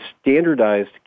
standardized